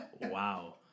Wow